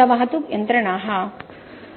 आता वाहतूक यंत्रणा हा